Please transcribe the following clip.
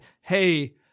hey